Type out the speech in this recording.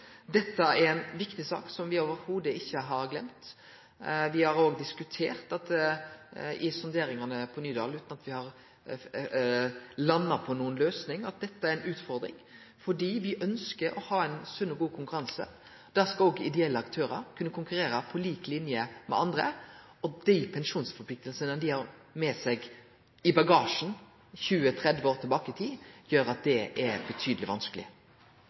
Dette er ei viktig sak som me slett ikkje har gløymt. Me har òg diskutert dette i sonderingane i Nydalen, utan at me har landa på ei løysing. Dette er ei utfordring fordi me ønskjer å ha ein sunn og god konkurranse. Då skal òg ideelle aktørar kunne konkurrere på lik linje med andre. Dei pensjonsforpliktingane dei har med seg i bagasjen frå 20–30 år sidan, gjer at det er svært vanskeleg.